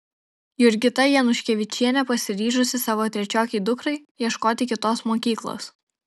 jurgita januškevičienė pasiryžusi savo trečiokei dukrai ieškoti kitos mokyklos